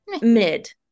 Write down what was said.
mid